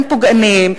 הם פוגעניים.